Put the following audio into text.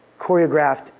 choreographed